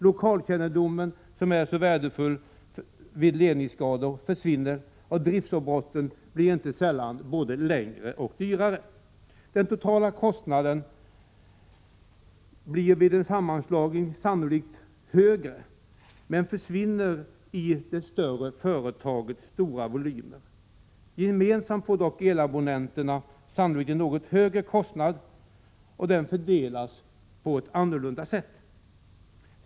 Lokalkännedomen som är så värdefull vid ledningsskador försvinner, och driftavbrotten blir inte sällan både längre och dyrare. Den totala kostnaden blir vid en sammanslagning sannolikt högre, men försvinner i det större företagets stora volymer. Gemensamt får dock elabonnenterna sannolikt en något högre kostnad, men den fördelas på ett annorlunda sätt.